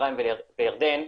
מצרים וירדן,